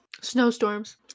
Snowstorms